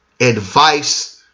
advice